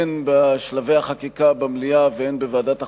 הן בשלבי החקיקה במליאה והן בוועדת החוקה,